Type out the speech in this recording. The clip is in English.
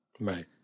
right